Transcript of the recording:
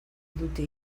dute